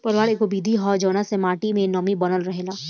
पलवार एगो विधि ह जवना से माटी मे नमी बनल रहेला